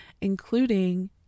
including